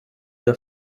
der